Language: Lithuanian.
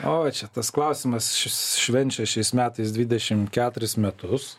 o čia tas klausimas švenčia šiais metais dvdešim keturis metus